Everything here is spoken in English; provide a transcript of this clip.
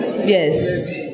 yes